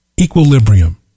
Equilibrium